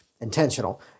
intentional